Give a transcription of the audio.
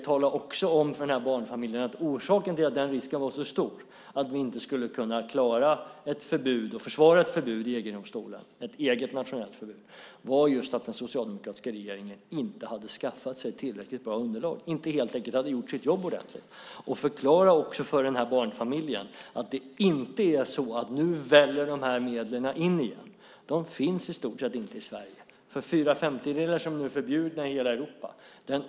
Tala dessutom om för barnfamiljen att orsaken till att risken var stor att vi inte skulle kunna klara ett förbud och försvara ett nationellt förbud i EG-domstolen var just att den socialdemokratiska regeringen inte hade skaffat sig ett tillräckligt bra underlag, helt enkelt inte hade gjort sitt jobb ordentligt! Förklara också för den här barnfamiljen att det inte är så att de här medlen nu väller in i landet igen! De finns i stort sett inte i Sverige. Fyra femtedelar är nu förbjudna i hela Europa.